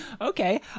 Okay